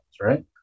right